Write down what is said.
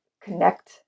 connect